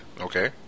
okay